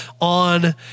on